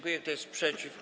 Kto jest przeciw?